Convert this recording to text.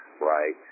right